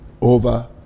over